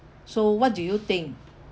so what do you think